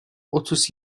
otuz